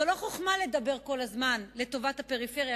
זו לא חוכמה לדבר כל הזמן לטובת הפריפריה,